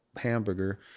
hamburger